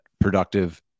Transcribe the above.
productive